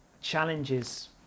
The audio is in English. challenges